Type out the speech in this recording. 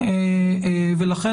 ולכן